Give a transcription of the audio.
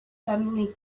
suddenly